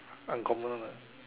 uncommon one ah